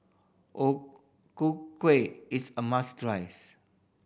O Ku Kueh is a must tries